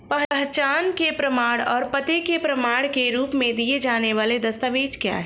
पहचान के प्रमाण और पते के प्रमाण के रूप में दिए जाने वाले दस्तावेज क्या हैं?